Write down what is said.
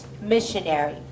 missionary